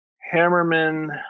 Hammerman